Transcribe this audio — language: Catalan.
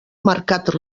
marcat